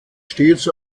stets